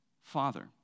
Father